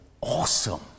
awesome